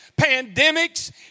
pandemics